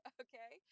okay